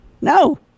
no